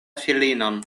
filinon